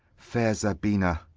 fair zabina!